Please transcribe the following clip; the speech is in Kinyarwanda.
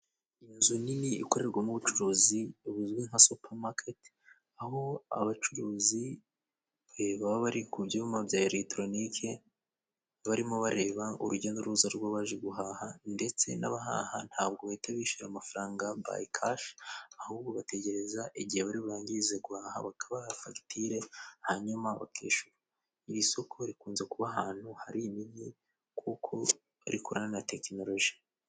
Inzu nini ikorerwamo ubucuruzi buzwi nka supamakete, aho abacuruzi baba bari ku byuma bya elegitoronike barimo bareba urujya n'uruza rw'abaje guhaha ndetse n'abahaha ntabwo bahita bishyura amafaranga bayi kashi, ahubwo bategereza igihe bari barangirize guhaha, bakabaha fagitire, hanyuma bakishura. Iri soko rikunze kuba ahantu hari imijyi kuko rikorana na tekinoloji.